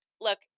look